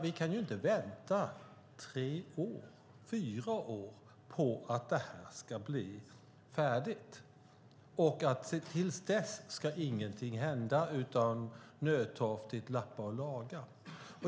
Vi kan inte vänta tre fyra år på att Citybanan ska bli färdig och att till dess ska ingenting hända utom att nödtorftigt lappa och laga.